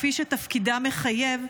כפי שתפקידה מחייב,